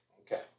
okay